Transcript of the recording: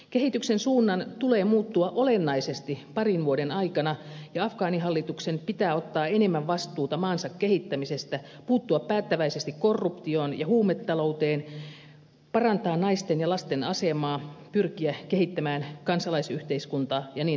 kehityksen suunnan tulee muuttua olennaisesti parin vuoden aikana ja afgaanihallituksen pitää ottaa enemmän vastuuta maansa kehittämisestä puuttua päättäväisesti korruptioon ja huumetalouteen parantaa naisten ja lasten asemaa pyrkiä kehittämään kansalaisyhteiskuntaa ja niin edelleen